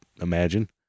imagine